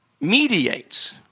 mediates